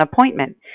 appointment